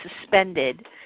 suspended